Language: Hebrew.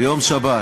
בשבת.